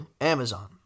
Amazon